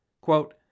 Quote